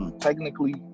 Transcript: technically